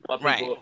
right